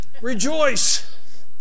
Rejoice